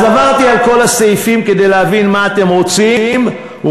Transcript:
אז עברתי על כל הסעיפים כדי להבין מה אתם רוצים ומאיפה